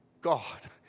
God